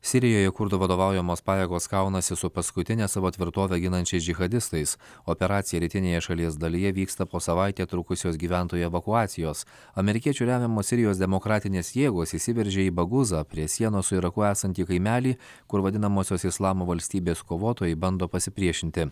sirijoje kurdų vadovaujamos pajėgos kaunasi su paskutinę savo tvirtovę ginančiais džihadistais operacija rytinėje šalies dalyje vyksta po savaitę trukusios gyventojų evakuacijos amerikiečių remiamos sirijos demokratinės jėgos įsiveržė į baguzą prie sienos su iraku esantį kaimelį kur vadinamosios islamo valstybės kovotojai bando pasipriešinti